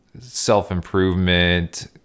self-improvement